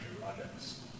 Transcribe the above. projects